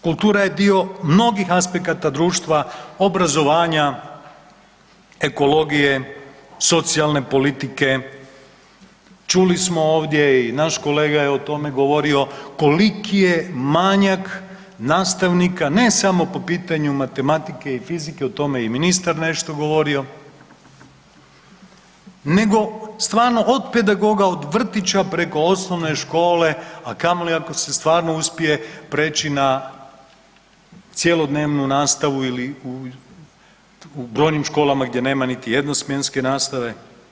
Kultura je dio mnogih aspekata društva, obrazovanja, ekologije, socijalne politike, čuli smo ovdje i naš kolega je o tome govorio, koliki je manjak nastavnika, ne samo po pitanju matematike i fizike, o tome je i ministar nešto govorio, nego stvarno od pedagoga, od vrtića, preko osnovne škole, a kamoli ako se stvarno uspije preći na cjelodnevnu nastavu ili u brojnim školama gdje nema niti jednosmjenske nastave.